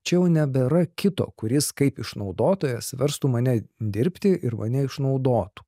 čia jau nebėra kito kuris kaip išnaudotojas verstų mane dirbti ir mane išnaudotų